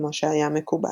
כמו שהיה מקובל.